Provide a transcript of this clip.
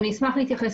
אני אשמח להתייחס.